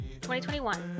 2021